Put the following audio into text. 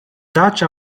dutch